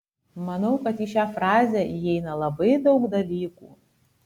manau kad į šią frazę įeina labai daug dalykų